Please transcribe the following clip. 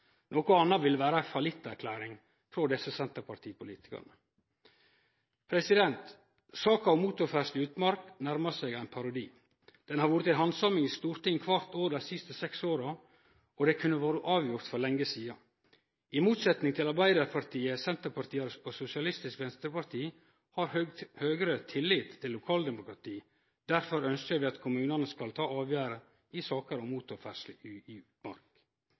Noko anna ville vere ei fallitterklæring frå desse senterpartipolitikarane. Saka om motorferdsle i utmark nærmar seg ein parodi. Ho har vore til handsaming i Stortinget kvart år dei sist seks åra og kunne ha vore avgjord for lenge sidan. I motsetning til Arbeidarpartiet, Senterpartiet og Sosialistisk Venstreparti har Høgre tillit til lokaldemokratiet, derfor ønskjer vi at kommunane skal ta avgjerder i saker om motorferdsle i